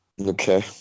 okay